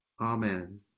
Amen